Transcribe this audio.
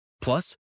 Plus